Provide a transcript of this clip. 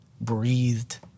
breathed